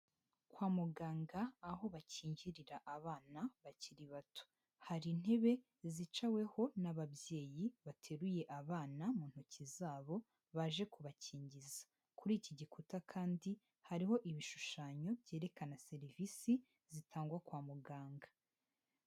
Kwa muganga aho bakingirira abana bakiri bato, hari intebe zicaweho n'ababyeyi bateruye abana mu ntoki zabo, baje kubakingiza. Kuri iki gikuta kandi, hariho ibishushanyo, byerekana serivisi zitangwa kwa muganga.